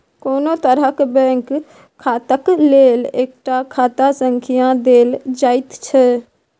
कोनो तरहक बैंक खाताक लेल एकटा खाता संख्या देल जाइत छै